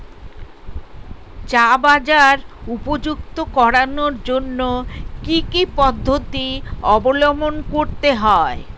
চা বাজার উপযুক্ত করানোর জন্য কি কি পদ্ধতি অবলম্বন করতে হয়?